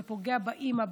זה פוגע באימא,